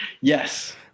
yes